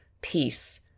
peace